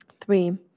Three